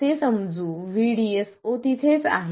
असे समजू VDS0 तिथेच आहे